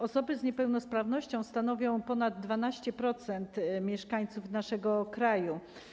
Osoby z niepełnosprawnością stanowią ponad 12% mieszkańców naszego kraju.